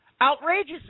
outrageous